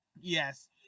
Yes